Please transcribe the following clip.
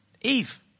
Eve